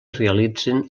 realitzen